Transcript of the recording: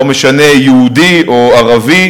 לא משנה אם הוא יהודי או ערבי,